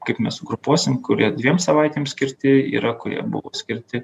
kaip mes sugrupuosim kurie dviem savaitėm skirti yra kurie buvo skirti